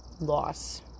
loss